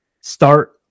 start